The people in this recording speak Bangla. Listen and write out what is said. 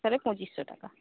তাহলে পঁচিশশো টাকা